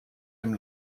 dem